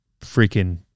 freaking